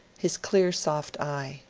his clear soft eye.